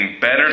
better